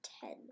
ten